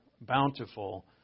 bountiful